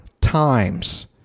times